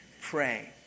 Pray